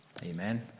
Amen